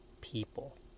people